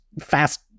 fast